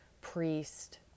priest